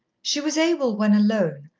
she was able, when alone,